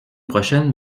prochaine